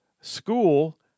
School